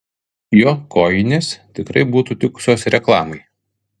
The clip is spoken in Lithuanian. jo kojinės tikrai būtų tikusios reklamai